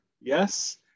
Yes